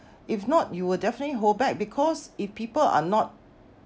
if not you will definitely hold back because if people are not